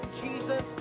Jesus